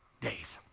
days